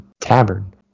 Tavern